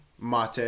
Mate